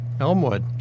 Elmwood